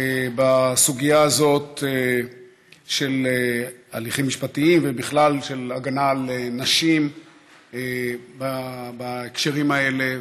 בסוגיה הזאת של הליכים משפטיים ובכלל בהגנה על נשים בהקשרים האלה.